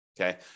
okay